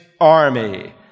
army